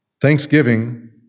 Thanksgiving